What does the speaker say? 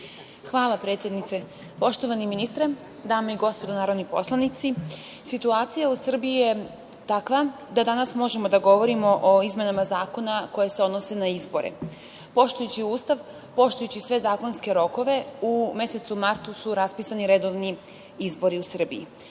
Hvala, predsednice. Poštovani ministre, dame i gospodo narodni poslanici, situacija u Srbiji je takva da danas možemo da govorimo o izmenama zakona koji se odnosi na izbore. Poštujući Ustav, poštujući sve zakonske rokove u mesecu martu su raspisani redovni izbori u Srbiji.